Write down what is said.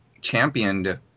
championed